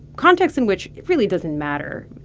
context in which it really doesn't matter.